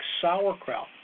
sauerkraut